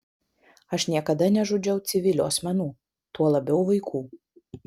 aš niekada nežudžiau civilių asmenų tuo labiau vaikų